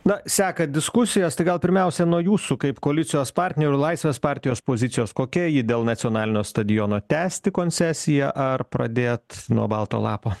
na sekat diskusijas tai gal pirmiausia nuo jūsų kaip koalicijos partnerių laisvės partijos pozicijos kokia ji dėl nacionalinio stadiono tęsti koncesiją ar pradėt nuo balto lapo